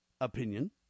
opinion